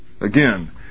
again